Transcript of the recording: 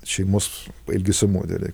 šeimos elgesio modeliai